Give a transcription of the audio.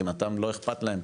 מבחינתם לא אכפת להם,